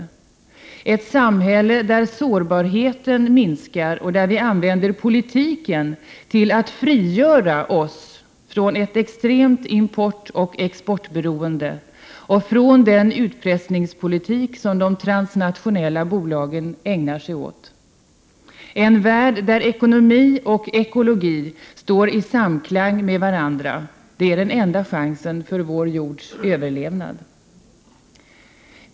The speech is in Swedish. Det är fråga om ett samhälle där sårbarheten minskar och där vi använder politiken till att frigöra oss från ett extremt importoch exportberoende och från den utpressningspolitik som de transnationella bolagen ägnar sig åt. Det är fråga om en värld där ekonomi och ekologi står i samklang med varandra. Det är den enda chansen för vår jords överlevnad.